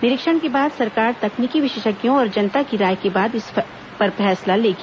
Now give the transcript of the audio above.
निरीक्षण के बाद सरकार तकनीकी विशेषज्ञों और जनता की राय के बाद इस पर फैसला लेगी